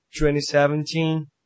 2017